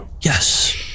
Yes